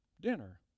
dinner